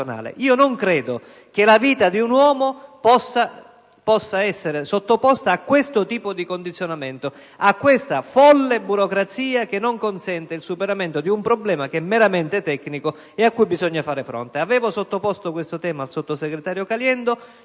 Non credo che la vita di un uomo possa essere sottoposta ad un simile condizionamento, ad una folle burocrazia che non consente il superamento di un problema meramente tecnico, cui bisogna fare fronte. Avevo sottoposto questo tema al sottosegretario Caliendo,